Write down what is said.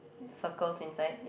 circles inside